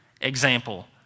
example